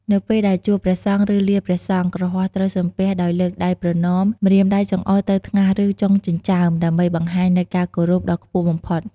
នៅពេលដែលជួបព្រះសង្ឃ ឬលាព្រះសង្ឃ គ្រហស្ថត្រូវសំពះដោយលើកដៃប្រណម្យ ម្រាមដៃចង្អុលទៅថ្ងាស ឬចុងចិញ្ចើម ដើម្បីបង្ហាញនូវការគោរពដ៏ខ្ពស់បំផុត។